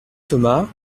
thomas